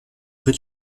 rez